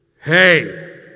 Hey